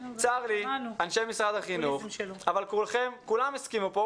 צר לי אנשי משרד החינוך אבל כולם הסכימו כאן,